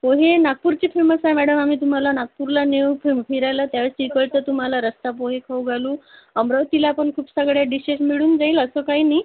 पोहे नागपूरचे फेमस आहे मॅडम आम्ही तुम्हाला नागपूरला नेऊ फम फिरायला त्यावेळी तिकडचं तुम्हाला रस्सापोहे खाऊ घालू अमरावतीला पण खूप सगड्या डिशेश मिळून जाईल असं काही नाही